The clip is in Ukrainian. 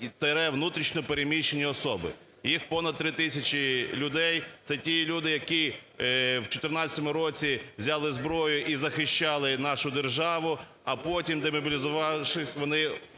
внутрішньо переміщені особи". Їх понад 3 тисячі людей. Це ті люди, які в 2014 році взяли зброю і захищали нашу державу, а потім, демобілізувавшись, вони